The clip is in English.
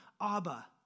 Abba